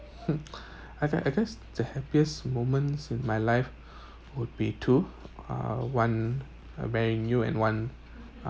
I have I guess the happiest moments in my life would be two uh one uh marrying you and one